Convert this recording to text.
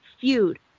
feud